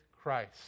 Christ